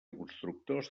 constructors